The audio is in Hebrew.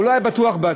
הוא לא היה בטוח בעצמו,